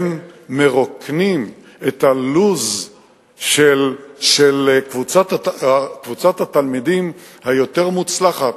הם מרוקנים את הלוז של קבוצת התלמידים היותר מוצלחת,